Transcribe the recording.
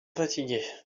fatigué